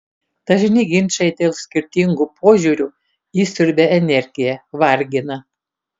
dažni ginčai dėl skirtingų požiūrių išsiurbia energiją vargina